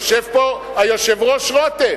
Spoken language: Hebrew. יושב פה היושב-ראש רותם,